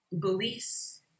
beliefs